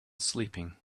sleeping